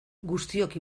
guztiok